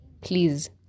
please